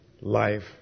life